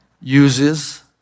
uses